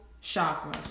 chakra